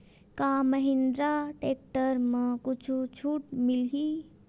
का महिंद्रा टेक्टर म कुछु छुट मिलही?